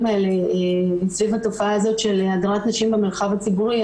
האלה סביב התופעה הזאת של הדרת נשים במרחב הציבורי,